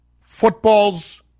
football's